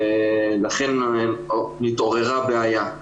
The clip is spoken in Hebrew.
ולכן נתעוררה בעיה.